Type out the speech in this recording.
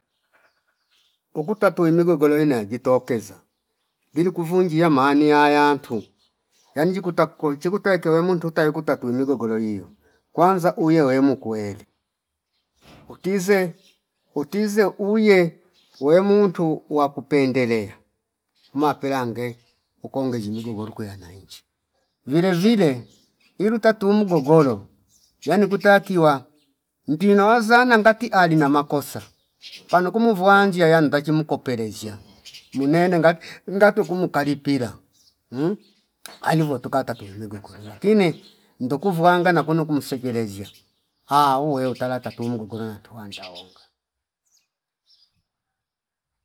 Ukuta tuwe migo kole weno naya jitokeza gilu kuvungi amani ya- yantu yani njiku ta ko chiku tae kilo wemuntu tai kuta tweimigo golo hio kwanza uyo uwe mukweli utize, utize uye we muntu wa kupendelea umapelange ukonge zimigo volo kwene yanaichi vile vile ilu tatu mgogolo yani kutakiwa ndina wazana ngati ali na makosa pano kumu vwanjia yandachi mukopelezshia munene ngati ngatu kumu kalipila alivo tukata tuwe mego nkorera lakini nduku vwanga nakunu kumsekeleziya ahh uwe utala tatu tumgogoro nantuwanda ndaonga